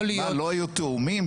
מה, לא היו תיאומים?